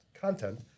content